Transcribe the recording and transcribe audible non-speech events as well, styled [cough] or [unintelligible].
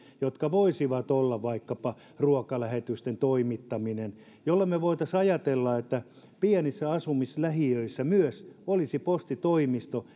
joita voisi olla vaikkapa ruokalähetysten toimittaminen voisimme ajatella että pienissä asumislähiöissä myös olisi postitoimisto [unintelligible]